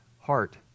heart